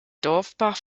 dorfbach